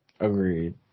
Agreed